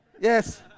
Yes